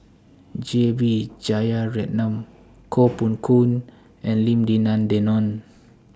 J B Jeyaretnam Koh Poh Koon and Lim Denan Denon